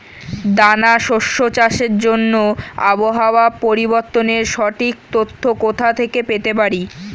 দানা শস্য চাষের জন্য আবহাওয়া পরিবর্তনের সঠিক তথ্য কোথা থেকে পেতে পারি?